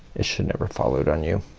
it should never fall out on you.